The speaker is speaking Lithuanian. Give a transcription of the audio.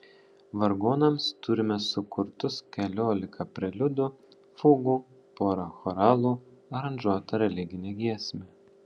vargonams turime sukurtus keliolika preliudų fugų porą choralų aranžuotą religinę giesmę